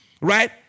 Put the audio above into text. Right